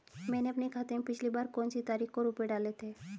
मैंने अपने खाते में पिछली बार कौनसी तारीख को रुपये डाले थे?